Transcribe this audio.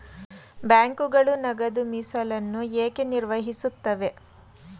ಬ್ಯಾಂಕುಗಳು ನಗದು ಮೀಸಲನ್ನು ಏಕೆ ನಿರ್ವಹಿಸುತ್ತವೆ?